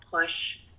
push